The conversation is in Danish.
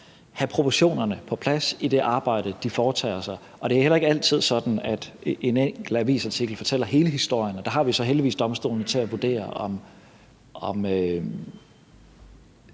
have proportionerne på plads i det arbejde, de foretager sig. Det er heller ikke altid sådan, at en enkelt avisartikel fortæller hele historien. Og der har vi så heldigvis domstolene til at vurdere, om